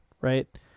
right